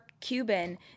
Cuban